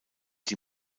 die